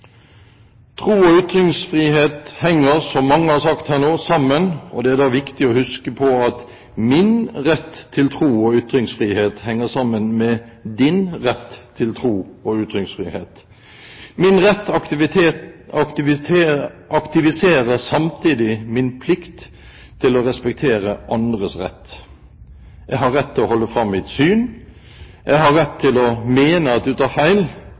Tro og ytringsfrihet henger sammen, som mange har sagt her nå, og det er da viktig å huske på at min rett til tro og ytringsfrihet henger sammen med din rett til tro og ytringsfrihet. Min rett aktiviserer samtidig min plikt til å respektere andres rett. Jeg har rett til å holde fram mitt syn, jeg har rett til å mene at du tar feil,